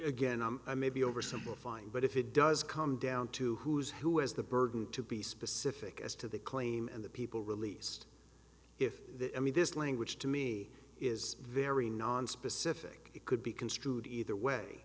again i may be oversimplifying but if it does come down to who's who has the burden to be specific as to the claim and the people released if i mean this language to me is very nonspecific it could be construed either way